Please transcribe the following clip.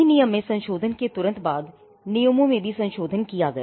अधिनियम में संशोधन के तुरंत बाद नियमों में भी संशोधन किया गया